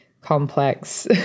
complex